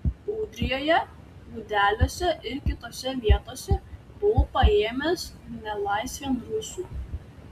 ūdrijoje gudeliuose ir kitose vietose buvau paėmęs nelaisvėn rusų